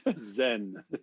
Zen